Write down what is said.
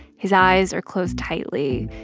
his eyes are closed tightly,